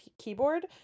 keyboard